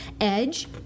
edge